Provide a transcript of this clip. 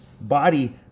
body